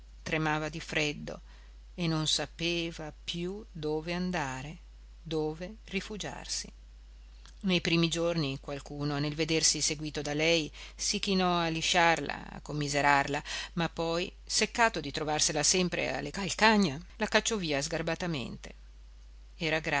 tremava di freddo non sapeva più dove andare dove rifugiarsi nei primi giorni qualcuno nel vedersi seguito da lei si chinò a lisciarla a commiserarla ma poi seccato di trovarsela sempre alle calcagna la cacciò